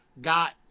got